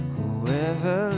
Whoever